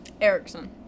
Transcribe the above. Erickson